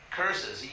curses